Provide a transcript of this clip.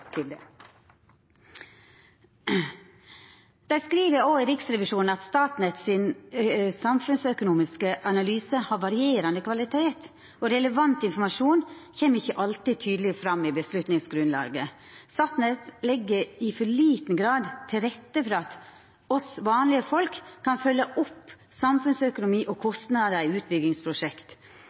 til det. Riksrevisjonen skriv også at Statnetts samfunnsøkonomiske analysar har varierande kvalitet, og relevant informasjon kjem ikkje alltid tydeleg fram i vedtaksgrunnlaget. Statnett legg i for liten grad til rette for at me vanlege folk kan følgja opp samfunnsøkonomi og kostnader i utbyggingsprosjekt.